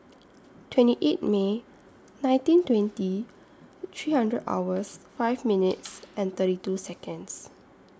twenty eight May nineteen twenty three hundred hours five minutes and thirty two Seconds